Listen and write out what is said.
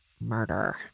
murder